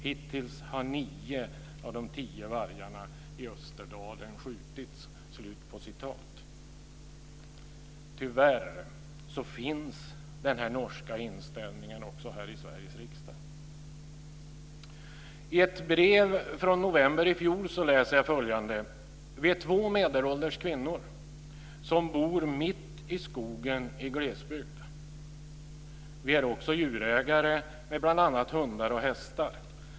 Hittills har nio och de tio vargarna i Österdalen skjutits". Tyvärr finns den norska inställningen också här i Sveriges riksdag. I ett brev från november i fjol läser jag följande: "Vi är två medelålders kvinnor som bor mitt i skogen i glesbygd. Vi är också djurägare med bl.a. hundar och hästar.